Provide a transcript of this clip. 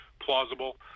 plausible